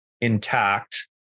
intact